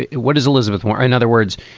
what is elizabeth warren, in other words?